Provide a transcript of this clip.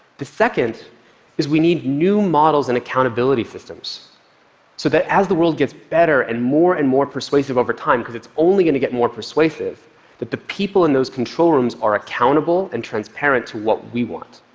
the second is we need new models and accountability systems so that as the world gets better and more and more persuasive over time because it's only going to get more persuasive that the people in those control rooms are accountable and transparent to what we want.